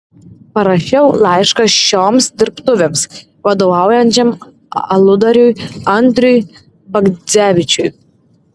parašiau laišką šioms dirbtuvėms vadovaujančiam aludariui andriui bagdzevičiui